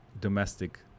domestic